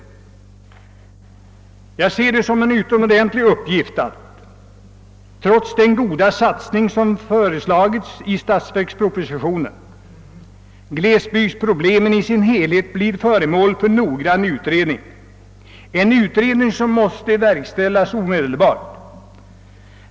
Jag ser det som en utomordentlig uppgift, trots den goda satsning som före slagits i statsverkspropositionen, att glesbygdsproblemen i sin helhet blir föremål för noggrann utredning, en utredning som måste verkställas omedelbart.